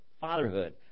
fatherhood